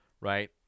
right